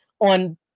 on